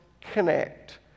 connect